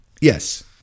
yes